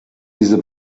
diese